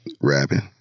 rapping